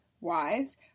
wise